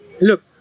look